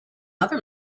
other